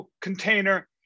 container